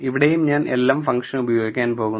ഇവിടെയും ഞാൻ lm function ഉപയോഗിക്കാൻ പോകുന്നു